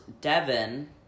Devin